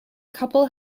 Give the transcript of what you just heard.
couple